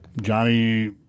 Johnny –